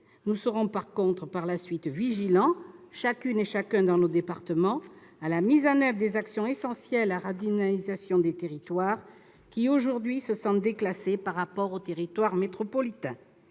Nous serons par la suite vigilants, chacune et chacun dans nos départements, à la mise en oeuvre des actions essentielles à la redynamisation des territoires qui aujourd'hui se sentent déclassés par rapport aux territoires métropolitains.